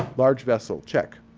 large vessel. check.